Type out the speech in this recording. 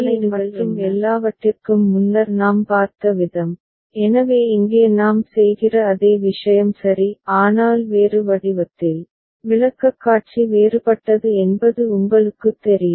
உட்குறிப்பு அட்டவணை மற்றும் எல்லாவற்றிற்கும் முன்னர் நாம் பார்த்த விதம் எனவே இங்கே நாம் செய்கிற அதே விஷயம் சரி ஆனால் வேறு வடிவத்தில் விளக்கக்காட்சி வேறுபட்டது என்பது உங்களுக்குத் தெரியும்